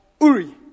Uri